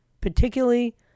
particularly